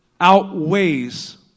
outweighs